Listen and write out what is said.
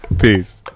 Peace